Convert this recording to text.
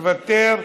מוותר,